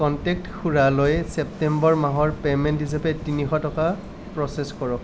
contact খুড়ালৈ September মাহৰ payment হিচাপে তিনিশ টকা প্ৰচেছ কৰক